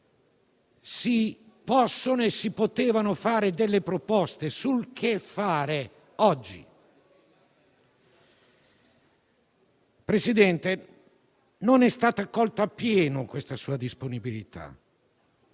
si possono e si potevano fare delle proposte sul da farsi oggi. Presidente, non è stata colta appieno questa sua disponibilità,